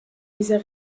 dieser